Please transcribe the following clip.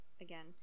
again